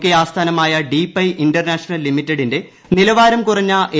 K ആസ്ഥാനമായ ഡീപൈ international ലിമിറ്റഡിന്റെ നിലവാരം കുറഞ്ഞ എ